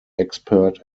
expert